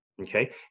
okay